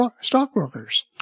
stockbrokers